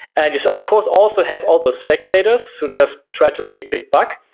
yeah just of course also have all those speculators which has try to make a quick buck.